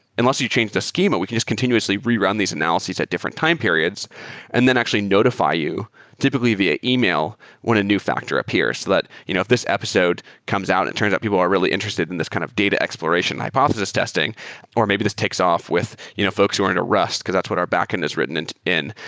unless you change the scheme, we can just continuously rerun these analysis at different time periods and then actually notify you typically via email when a new factor appears so that you know if this episode comes out and it turns out people are really interested in this kind of data exploration hypothesis testing or maybe this takes off with you know folks who are into rust, because that's what our backend is written and in.